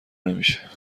نمیشه